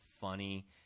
funny